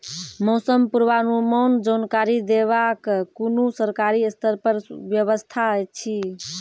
मौसम पूर्वानुमान जानकरी देवाक कुनू सरकारी स्तर पर व्यवस्था ऐछि?